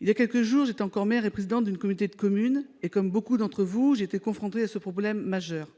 Il y a quelques jours, j'étais encore maire et présidente d'une communauté de communes, et, comme beaucoup d'entre vous, mes chers collègues, j'ai été confrontée à ce problème majeur.